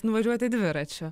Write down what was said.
nuvažiuoti dviračiu